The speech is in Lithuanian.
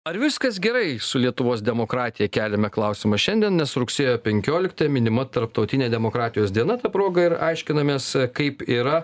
ar viskas gerai su lietuvos demokratija keliame klausimą šiandien nes rugsėjo penkioliktą minima tarptautinė demokratijos diena ta proga ir aiškinamės kaip yra